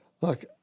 look